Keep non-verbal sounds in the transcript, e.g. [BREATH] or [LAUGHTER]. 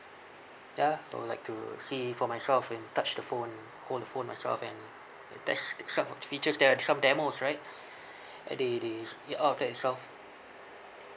ya I would like to see for myself and touch the phone hold the phone myself and test itself the features there are some demos right [BREATH] at th~ the the outlet itself